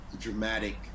dramatic